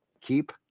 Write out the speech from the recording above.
keep